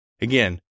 Again